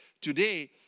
Today